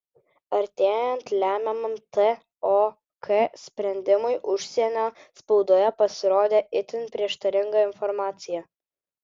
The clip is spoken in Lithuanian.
artėjant lemiamam tok sprendimui užsienio spaudoje pasirodė itin prieštaringa informacija